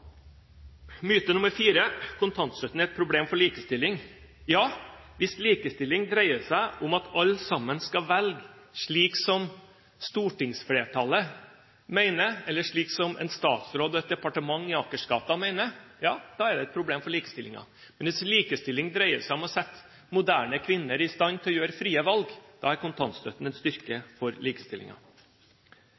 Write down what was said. Myte nr. fire: Kontantstøtten er et problem for likestilling. Ja, hvis likestilling dreier seg om at alle sammen skal velge slik som stortingsflertallet mener, eller slik som en statsråd og et departement i Akersgata mener, da er det et problem for likestillingen. Men hvis likestilling dreier seg om å sette moderne kvinner i stand til å gjøre frie valg, da er kontantstøtten en